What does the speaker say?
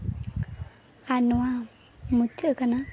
ᱟᱨ ᱱᱚᱣᱟ ᱢᱩᱪᱟᱹᱫ ᱟᱠᱟᱱᱟ